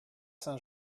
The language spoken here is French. saint